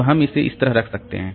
तो हम इसे इस तरह रख सकते हैं